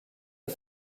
est